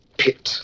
pit